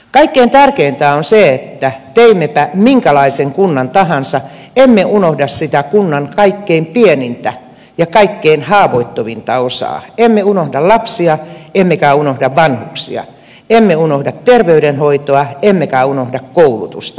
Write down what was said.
kaikkein tärkeintä on se että teimmepä minkälaisen kunnan tahansa emme unohda sitä kunnan kaikkein pienintä ja kaikkein haavoittuvinta osaa emme unohda lapsia emmekä unohda vanhuksia emme unohda terveydenhoitoa emmekä unohda koulutusta